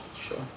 Sure